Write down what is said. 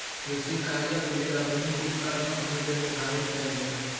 कृषि कार्यक लेल आधुनिक उपकरणक मूल्य निर्धारित कयल गेल